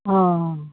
অ